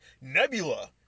Nebula